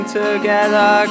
together